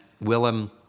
Willem